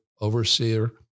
overseer